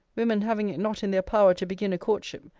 women having it not in their power to begin a courtship,